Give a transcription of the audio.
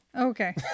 Okay